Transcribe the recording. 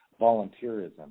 volunteerism